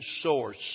source